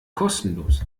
kostenlos